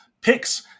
picks